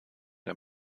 der